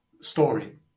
story